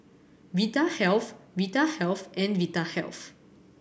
Vitahealth Vitahealth and Vitahealth